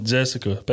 Jessica